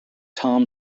tom